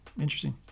Interesting